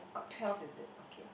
got twelve is it okay